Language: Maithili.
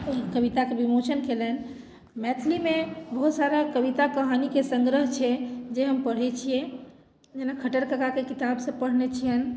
कविताके विमोचन कयलनि मैथिलीमे बहुत सारा कविता कहानीके संग्रह छै जे हम पढ़ैत छियै जेना खट्टर ककाके किताबसभ पढ़ने छियनि